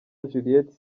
juliet